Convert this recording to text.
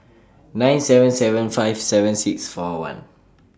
nine seven seven five seven six four one